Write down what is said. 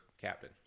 captain